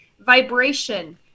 vibration